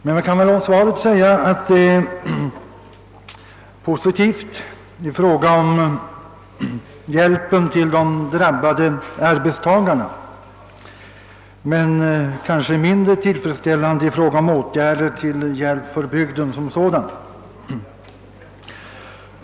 Man kan väl om svaret säga att det är positivt när det gäller hjälpen till de drabbade arbetstagarna men kanske mindre tillfredsställande i fråga om åtgärder till hjälp för bygden som sådan.